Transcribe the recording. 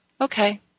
Okay